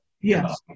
Yes